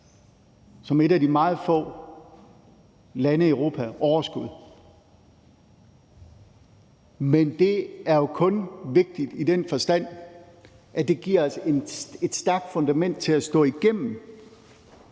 Som et af meget få lande i Europa har vi overskud. Men det er jo kun vigtigt i den forstand, at det giver os et stærkt fundament til at stå igennem